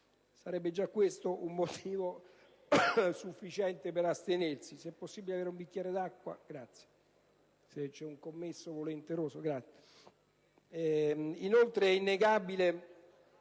Sarebbe già questo un motivo sufficiente per astenersi.